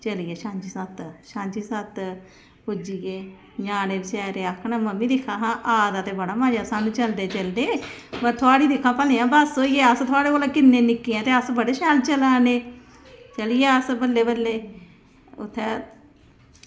चली पे सांझीछत सांझीछत पुज्जी गे ञ्यानें बेचारे आक्खन की मम्मी दिक्खो आं आवा दा ते बड़ा मजा सानूं चलदे चलदे ते थोह्ड़ी दिक्खो आं भलेआं बस होई जा ते थुआढ़े कोला किन्ने निक्के ते बड़े शैल चलाने ते चली पे अस बल्लें बल्लें